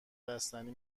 بستنی